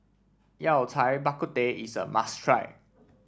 Yao Cai Bak Kut Teh is a must try